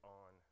on